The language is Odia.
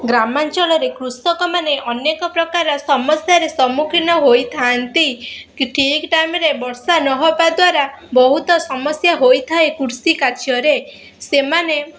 ଗ୍ରାମାଞ୍ଚଳରେ କୃଷକମାନେ ଅନେକ ପ୍ରକାର ସମସ୍ୟାରେ ସମ୍ମୁଖିନ୍ ହୋଇଥାନ୍ତି ଠିକ୍ ଟାଇମ୍ରେ ବର୍ଷା ନ ହବା ଦ୍ୱାରା ବହୁତ ସମସ୍ୟା ହୋଇଥାଏ କୃଷିକାର୍ଯ୍ୟରେ ସେମାନେ